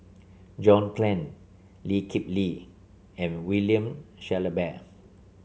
John Clang Lee Kip Lee and William Shellabear